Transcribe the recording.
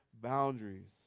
boundaries